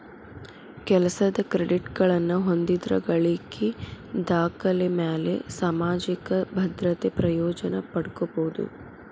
ಕೆಲಸದ್ ಕ್ರೆಡಿಟ್ಗಳನ್ನ ಹೊಂದಿದ್ರ ಗಳಿಕಿ ದಾಖಲೆಮ್ಯಾಲೆ ಸಾಮಾಜಿಕ ಭದ್ರತೆ ಪ್ರಯೋಜನ ಪಡ್ಕೋಬೋದು